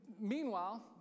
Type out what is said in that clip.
Meanwhile